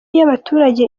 yabaturage